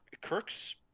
Kirk's